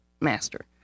master